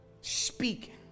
speak